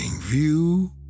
view